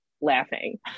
laughing